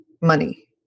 money